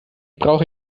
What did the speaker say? brauche